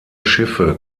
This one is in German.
schiffe